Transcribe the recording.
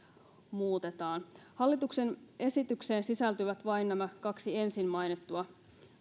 hallituksen esitykseen siis sisältyvät vain nämä kaksi ensin mainittua